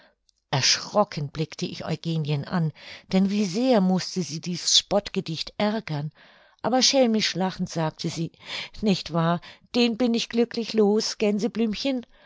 erschrocken blickte ich eugenien an denn wie sehr mußte sie dies spottgedicht ärgern aber schelmisch lachend sagte sie nicht wahr den bin ich glücklich los gänseblümchen